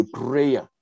prayer